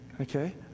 Okay